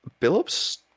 Billups